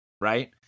right